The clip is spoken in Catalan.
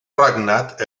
regnat